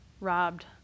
robbed